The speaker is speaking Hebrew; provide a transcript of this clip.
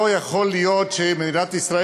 לא יכול להיות שמדינת ישראל,